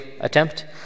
attempt